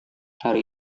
hari